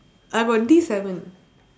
I got D seven